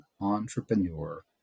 entrepreneur